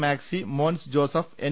maxi Mons Joseph N